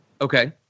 Okay